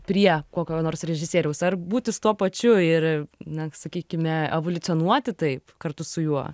prie kokio nors režisieriaus ar būti su tuo pačiu ir na sakykime evoliucionuoti taip kartu su juo